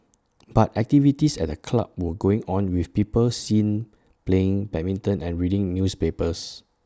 but activities at the club were going on with people seen playing badminton and reading newspapers